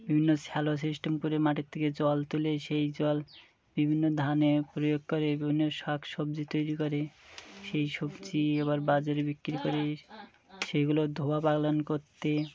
বিভিন্ন shallow system করে মাটির থেকে জল তুলে সেই জল বিভিন্ন ধানে প্রয়োগ করে বিভিন্ন শাক সবজি তৈরি করে সেই সবজি আবার বাজারে বিক্রি করে সেইগুলো ধোওয়া পালন করতে